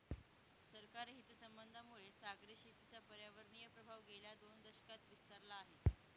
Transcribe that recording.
सरकारी हितसंबंधांमुळे सागरी शेतीचा पर्यावरणीय प्रभाव गेल्या दोन दशकांत विस्तारला आहे